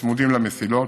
שצמודים למסילות,